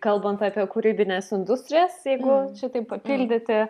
kalbant apie kūrybines industrijas jeigu čia taip papildyti